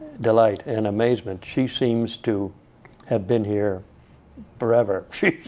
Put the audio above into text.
delight and amazement. she seems to have been here forever.